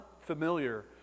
familiar